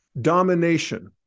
domination